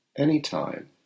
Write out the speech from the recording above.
Anytime